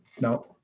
no